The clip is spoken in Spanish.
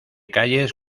calles